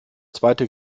zweite